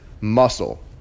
muscle